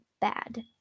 bad